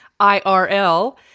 IRL